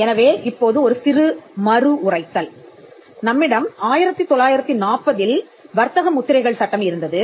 எனவே இப்போது ஒரு சிறிய மறு உரைத்தல்நம்மிடம் 1940இல் வர்த்தக முத்திரைகள் சட்டம் இருந்தது